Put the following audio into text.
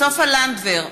סופה לנדבר,